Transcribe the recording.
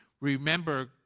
Remember